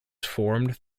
formed